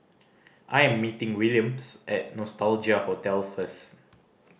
I am meeting Williams at Nostalgia Hotel first